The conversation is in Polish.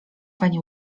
pani